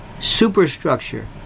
superstructure